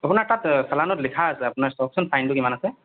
আপোনাৰ তাত চালানত লিখা আছে আপোনাৰ চাওকচোন ফাইনটো কিমান আছে